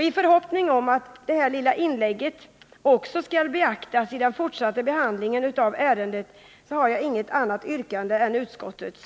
I förhoppning om att detta lilla inlägg också kommer att beaktas vid den fortsatta behandlingen av ärendet har jag inget annat yrkande än utskottets.